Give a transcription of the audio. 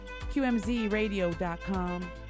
QMZradio.com